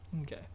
Okay